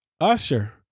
Usher